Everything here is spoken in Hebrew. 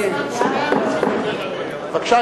שני